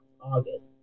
August